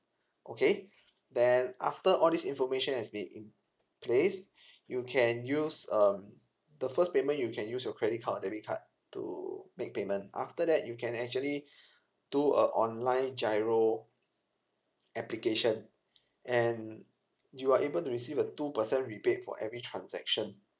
okay then after all this information has been in place you can use um the first payment you can use your credit card or debit card to make payment after that you can actually do a online G_I_R_O application and you are able to receive a two percent rebate for every transaction